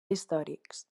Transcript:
històrics